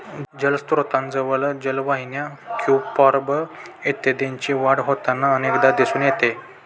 जलस्त्रोतांजवळ जलवाहिन्या, क्युम्पॉर्ब इत्यादींची वाढ होताना अनेकदा दिसून येते